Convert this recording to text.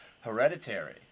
Hereditary